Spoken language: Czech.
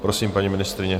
Prosím, paní ministryně.